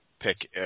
pick